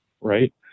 right